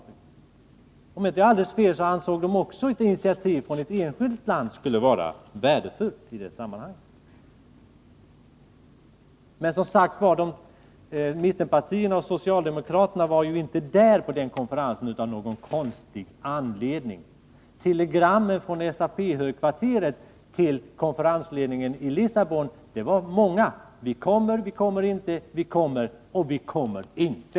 Om jag inte tar alldeles fel, ansåg de att även ett initiativ från ett enskilt land skulle vara värdefullt i sammanhanget. Men, som sagt, mittenpartierna och socialdemokraterna var ju av någon konstig anledning inte med på konferensen. Telegrammen från SAP högkvarteret till konferensledningen i Lissabon var många: Vi kommer, vi kommer inte, vi kommer och vi kommer inte.